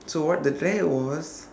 so what the dare was